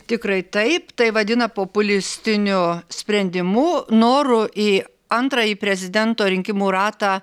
tikrai taip tai vadina populistiniu sprendimu noru į antrąjį prezidento rinkimų ratą